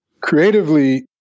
Creatively